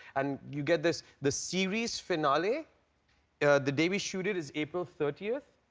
and you get this the series finale the day we shoot it is april thirtieth.